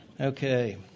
Okay